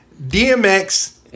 DMX